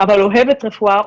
אבל אוהבת רפואה,